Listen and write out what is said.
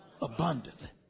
Abundantly